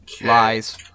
Lies